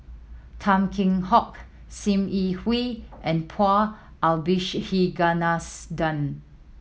Tan Kheam Hock Sim Yi Hui and Paul Abisheganaden